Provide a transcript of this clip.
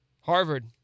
Harvard